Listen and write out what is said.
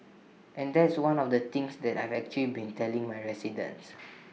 and that's one of the things that I've actually been telling my residents